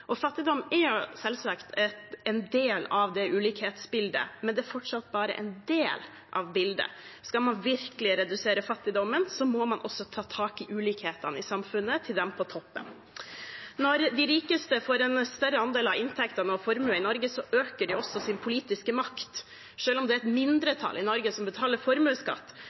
Fattigdom er selvsagt en del av ulikhetsbildet, men det er fortsatt bare en del av bildet. Skal man virkelig redusere fattigdommen, må man også ta tak i ulikhetene i samfunnet til dem på toppen. Når de rikeste får en større andel av inntektene og formuene i Norge, øker de også sin politiske makt. Selv om det er et mindretall i Norge som betaler formuesskatt,